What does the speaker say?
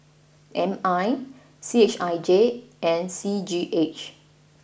M I C H I J and C G H